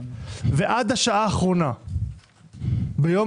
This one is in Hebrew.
עד השעה האחרונה ביום